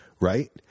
right